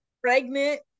Pregnant